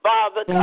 Father